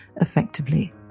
effectively